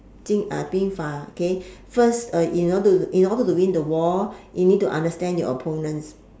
ah 兵法 okay first uh in order to in order to win the war you need to understand your opponents